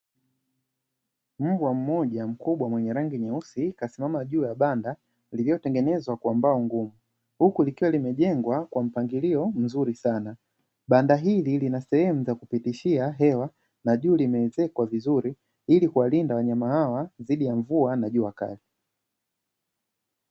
Mbwa mmoja mkubwa mwenye rangi nyeusi, kasimama juu ya banda lililotengenezwa kwa mbao ngumu, huku likiwa limejengwa kwa mpangilio mzuri sana. Banda hili lina sehemu za kupitishia hewa, na juu limeezekwa vizuri ili kuwalinda wanyama hawa dhidi ya mvua na jua kali.